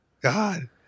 God